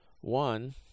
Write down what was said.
One